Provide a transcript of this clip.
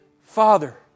Father